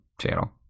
channel